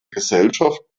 gesellschaft